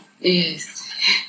Yes